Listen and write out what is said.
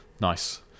nice